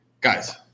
guys